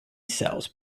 cells